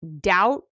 doubt